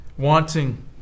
wanting